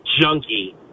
junkie